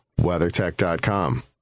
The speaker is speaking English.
WeatherTech.com